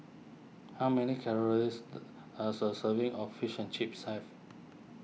how many calories a so serving of Fishing Chips have